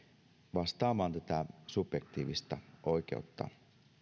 vastaamaan tätä subjektiivista oikeutta